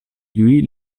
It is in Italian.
louis